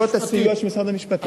מחלקות הסיוע של משרד המשפטים.